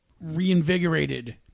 reinvigorated